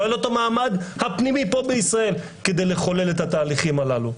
לא היה לו את המעמד הפנימי פה בישראל כדי לחולל את התהליכים הללו.